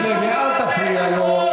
אתה לא קראת את החוק.